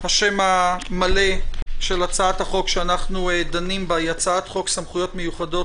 השם המלא של הצעת החוק שאנחנו דנים בה הוא הצעת חוק סמכויות מיוחדות